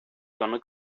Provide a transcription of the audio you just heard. gonna